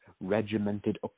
regimented